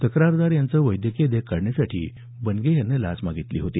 तक्रारदार यांचे वैद्यकीय देयक काढण्यासाठी बनगे यांनी ही लाच मागितली होती